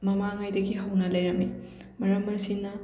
ꯃꯃꯥꯡꯉꯩꯗꯒꯤ ꯍꯧꯅ ꯂꯩꯔꯝꯃꯤ ꯃꯔꯝ ꯑꯁꯤꯅ